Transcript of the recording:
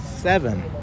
Seven